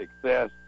success